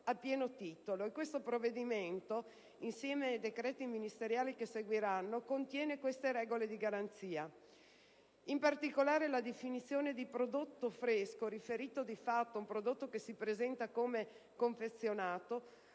a pieno titolo, e questo provvedimento, insieme ai decreti ministeriali che seguiranno, contiene queste regole di garanzia. In particolare, la definizione di prodotto fresco riferito ad un prodotto che si presenta come confezionato